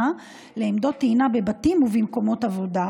לעמדות טעינה בבתים ובמקומות העבודה.